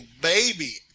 baby